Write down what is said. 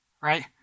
right